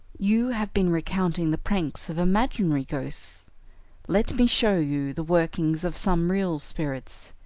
you have been recounting the pranks of imaginary ghosts let me show you the workings of some real spirits,